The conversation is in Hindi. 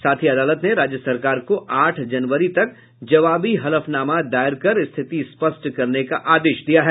साथ ही अदालत ने राज्य सरकार को आठ जनवरी तक जवाबी हलफनामा दायर कर स्थिति स्पष्ट करने का आदेश दिया है